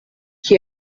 qui